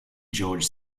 george